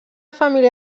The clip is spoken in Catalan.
família